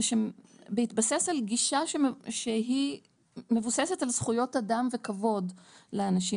בהתבסס על גישה שהיא מבוססת על זכויות אדם וכבוד לאנשים